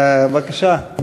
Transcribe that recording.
בבקשה,